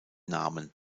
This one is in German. namen